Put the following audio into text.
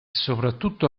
soprattutto